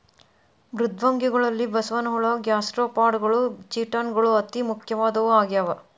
ಮೃದ್ವಂಗಿಗಳಲ್ಲಿ ಬಸವನಹುಳ ಗ್ಯಾಸ್ಟ್ರೋಪಾಡಗಳು ಚಿಟಾನ್ ಗಳು ಅತಿ ಪ್ರಮುಖವಾದವು ಆಗ್ಯಾವ